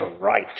right